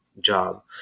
job